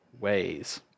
ways